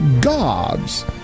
gods